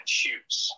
shoes